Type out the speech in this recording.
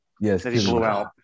Yes